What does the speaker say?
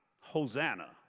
Hosanna